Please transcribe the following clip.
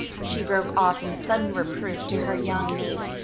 she broke off in sudden reproof to her young niece,